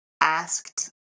asked